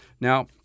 Now